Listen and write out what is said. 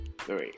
three